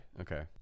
okay